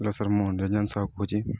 hello sir ମୁଁ ରଞ୍ଜନ ସାହୁ କହୁଛି